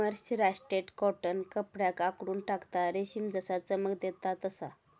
mercerised cotton कपड्याक आखडून टाकता, रेशम जसा चमक देता तसा